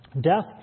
Death